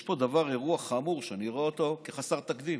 יש פה אירוע חמור שאני רואה אותו כחסר תקדים.